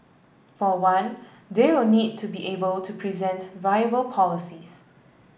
for one they will need to be able to present viable policies